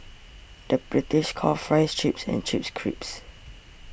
the British calls Fries Chips and Chips Crisps